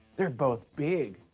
they're both big.